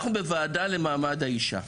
אנחנו בוועדה למעמד האישה.